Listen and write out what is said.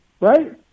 right